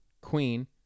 Queen